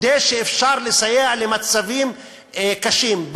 כדי שיהיה אפשר לסייע למצבים קשים.